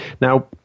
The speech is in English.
Now